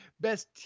best